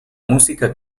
música